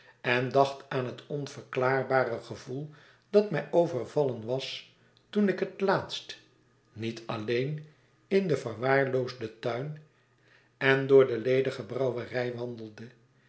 en dacht aan het onverklaarbare gevoel dat mij overvallen was toen ik het laatst niet alleen in denverwaarloosden tuin en door de ledige brouwerij wandelde